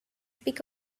pick